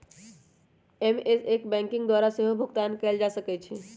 SMS banking के द्वारा सेहो भुगतान कएल जा सकै छै